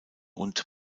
und